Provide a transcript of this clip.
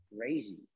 crazy